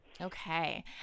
Okay